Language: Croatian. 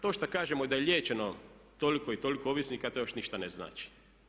To što kažemo da je liječeno toliko i toliko ovisnika, to još ništa ne znači.